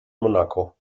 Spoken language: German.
monaco